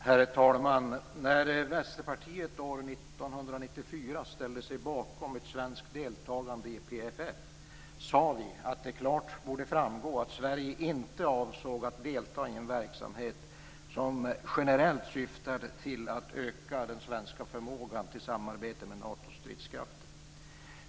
Herr talman! När Vänsterpartiet år 1994 ställde sig bakom ett svenskt deltagande i PFF sade vi att det klart borde framgå att Sverige inte avsåg att delta i en verksamhet som generellt syftade till att öka den svenska förmågan till samarbete med Natos stridskrafter.